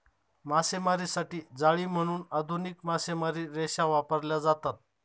मासेमारीसाठी जाळी म्हणून आधुनिक मासेमारी रेषा वापरल्या जातात